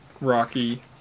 Rocky